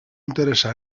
interesa